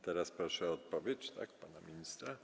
Teraz poproszę o odpowiedź pana ministra?